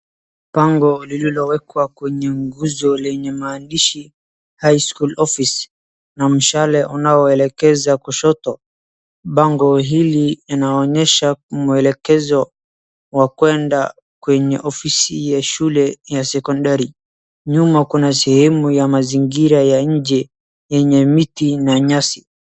Bango liliowekwa kwenye nguzo lenye maandishi high school office na mshale unaoelekeza kushoto bango hili linaonyesha mwelekezo wa kuenda kwenye ofisi ya shule ya sekondari nyuma kuna sehemu ya mazingira ya nje yenye miti na nyasi.